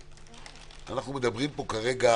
אנחנו מדברים פה כרגע